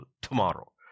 tomorrow